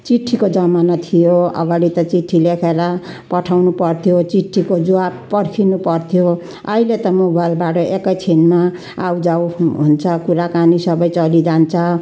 चिट्ठीको जमाना थियो अगाडि त चिट्ठी लेखेर पठाउनुपर्थ्यो चिट्ठीको जवाब पर्खिनुपर्थ्यो अहिले त मोबाइलबाट एकैछिनमा आउजाउ हुन्छ कुराकानी सबै चलिरहन्छ